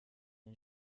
den